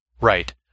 right